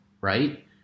right